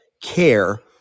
care